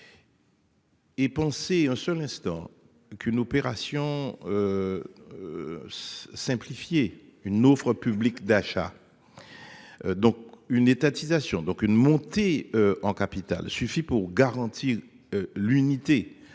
Et penser un seul instant qu'une opération. Simplifié une offre publique d'achat. Donc une étatisation donc une montée en capital suffit pour garantir. L'unité,